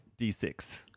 D6